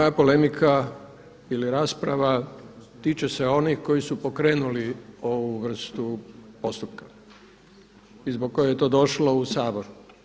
Ali moja polemika ili rasprava tiče se onih koji su pokrenuli ovu vrstu postupka i zbog koje je to došlo u Sabor.